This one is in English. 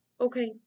okay